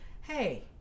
hey